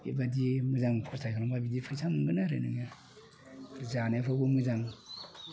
बेबायदि मोजां फस्थाय खालामब्ला फैसा मोनगोन आरो जानोबो मोजां